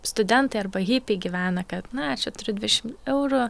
studentai arba hipiai gyvena kad na čia turiu dvidešimt eurų